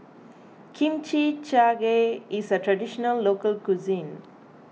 Kimchi Jjigae is a Traditional Local Cuisine